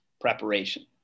preparation